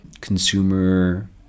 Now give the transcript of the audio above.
consumer